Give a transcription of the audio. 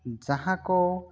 ᱡᱟᱦᱟᱸ ᱠᱚ